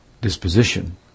disposition